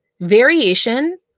variation